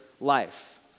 life